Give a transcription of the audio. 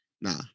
Nah